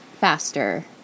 faster